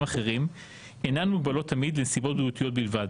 אחרים אינן מוגבלות תמיד לנסיבות בריאותיות בלבד.